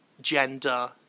gender